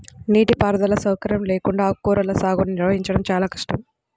నీటిపారుదల సౌకర్యం లేకుండా ఆకుకూరల సాగుని నిర్వహించడం చాలా కష్టం